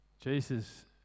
Jesus